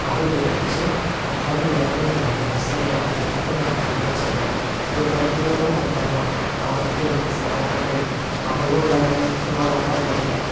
അതുപയോഗിച്ച് അത്ര ഉയർന്ന വിദ്യാഭ്യാസം പെൺകുട്ടികൾക്കു നൽകുകയും ചെയ്യണം ഇത്തരത്തിലൂടെ നൽകുമ്പോൾ അവർക്ക് ഈ സമൂഹത്തിൽ അറിവുള്ളതിനോടൊപ്പം തന്നെ